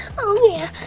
oh yeah.